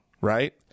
Right